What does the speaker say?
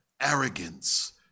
arrogance